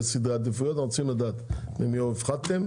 אנחנו רוצים לדעת את סדרי העדיפויות וממי הפחתתם.